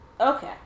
Okay